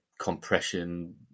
compression